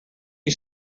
you